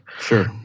Sure